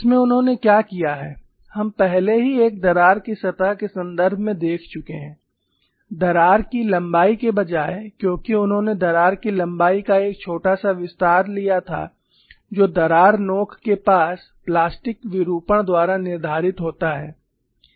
इसमें उन्होंने क्या किया है हम पहले ही एक दरार की सतह के संदर्भ में देख चुके हैं दरार की लंबाई के बजाय क्योंकि उन्होंने दरार की लंबाई का एक छोटा सा विस्तार लिया था जो दरार नोक के पास प्लास्टिक विरूपण द्वारा निर्धारित होता है